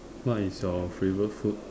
what is your favourite food